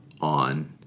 on